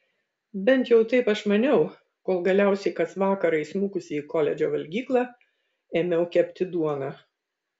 bent jau taip aš maniau kol galiausiai kas vakarą įsmukusi į koledžo valgyklą ėmiau kepti duoną